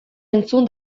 entzun